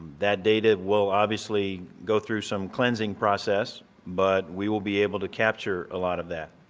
that data will obviously go through some cleansing process but we will be able to capture a lot of that.